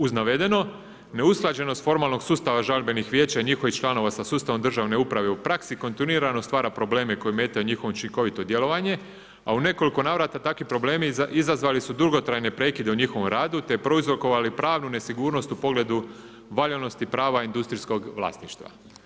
Uz navedeno, neusklađenost formalnih sustava žalbenih vijeća i njihovih članova sa sustavom državne uprave u praksi kontinuirano stvara probleme koji ometaju njihovo učinkovito djelovanje, a u nekoliko navrata takvi problemi izazvali su dugotrajne prekide u njihovom radu te prouzrokovali pravnu nesigurnost u pogledu valjanosti prava industrijskog vlasništva.